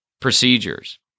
procedures